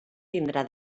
tindrà